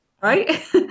Right